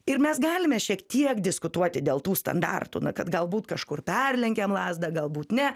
ir mes galime šiek tiek diskutuoti dėl tų standartų na kad galbūt kažkur perlenkiam lazdą galbūt ne